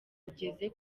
ugeze